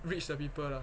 rich 的 people lah